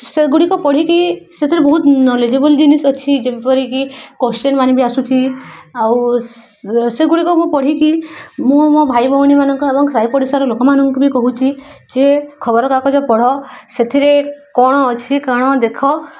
ସେଗୁଡ଼ିକ ପଢ଼ିକି ସେଥିରେ ବହୁତ ନଲେଜେବଲ୍ ଜିନିଷ ଅଛି ଯେପରିକି କ୍ୱେଶ୍ଚିନ୍ ମାନ ବି ଆସୁଛି ଆଉ ସେ ସେଗୁଡ଼ିକ ମୁଁ ପଢ଼ିକି ମୁଁ ମୋ ଭାଇ ଭଉଣୀ ମାନଙ୍କ ଏବଂ ସାଇ ପଡ଼ିଶାର ଲୋକମାନଙ୍କୁ ବି କହୁଛି ଯେ ଖବରକାଗଜ ପଢ଼ ସେଥିରେ କ'ଣ ଅଛି କ'ଣ ଦେଖ